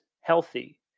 healthy